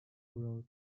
wrote